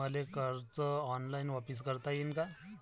मले कर्ज ऑनलाईन वापिस करता येईन का?